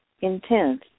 intense